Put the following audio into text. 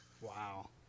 Wow